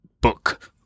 book